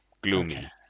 gloomy